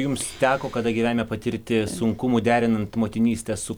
jums teko kada gyvenime patirti sunkumų derinant motinystę su